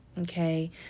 okay